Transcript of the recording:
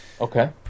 Okay